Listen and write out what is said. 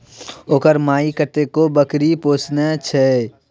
ओकर माइ कतेको बकरी पोसने छलीह